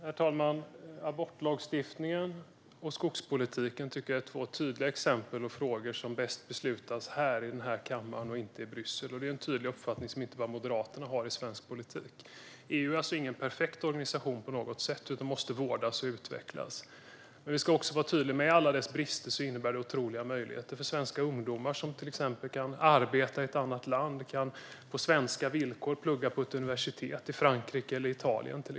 Herr talman! Abortlagstiftningen och skogspolitiken tycker jag är två tydliga exempel på frågor som bäst beslutas här i kammaren och inte i Bryssel. Det är en tydlig uppfattning som inte bara Moderaterna har i svensk politik. EU är alltså ingen perfekt organisation på något sätt, utan den måste vårdas och utvecklas. Men vi ska vara tydliga med att den trots alla sina brister innebär otroliga möjligheter för svenska ungdomar, som till exempel kan arbeta i ett annat land eller till svenska villkor plugga på universitet i Frankrike eller Italien.